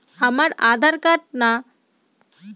আমার আঁধার কার্ড নাই পাস বই করা যাবে কি?